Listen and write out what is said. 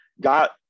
Got